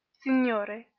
signore,